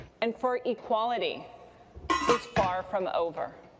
and for equality is far from over.